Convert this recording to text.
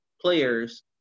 players